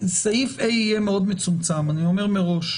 סעיף (ה) יהיה מאוד מצומצם, אני אומר מראש.